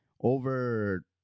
over